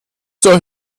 zur